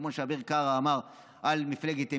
כמו שאביר קארה אמר על מפלגת ימינה,